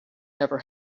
never